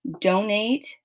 donate